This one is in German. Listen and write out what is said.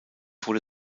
wurde